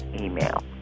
email